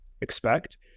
expect